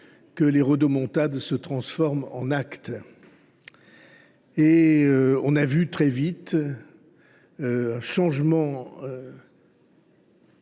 que les rodomontades se transforment en actes. Et nous avons vu, très vite, un changement